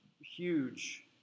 huge